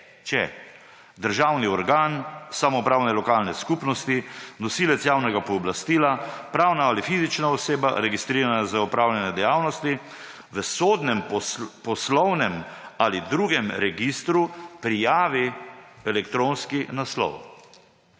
če, »državni organ, organ samoupravne lokalne skupnosti, nosilec javnega pooblastila, pravna ali fizična oseba, registrirana za opravljanje dejavnosti, v sodnem, poslovnem ali drugem registru prijavi elektronski naslov.«